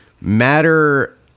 matter